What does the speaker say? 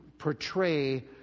portray